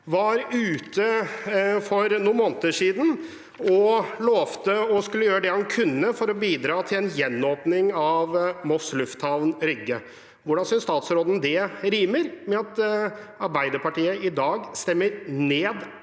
var ute for noen måneder siden og lovte å gjøre det han kunne for å bidra til en gjenåpning av Moss lufthavn, Rygge. Hvordan synes statsråden det rimer med at Arbeiderpartiet i dag stemmer ned